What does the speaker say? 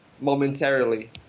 momentarily